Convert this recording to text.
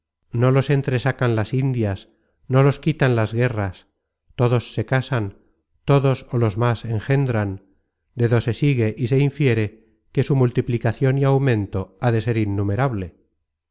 no los entresacan las indias no los quitan las guerras todos se casan todos ó los más engendran de do se sigue y se infiere que su multiplicacion y aumento ha de ser innumerable